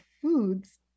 foods